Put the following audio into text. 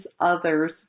others